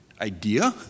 idea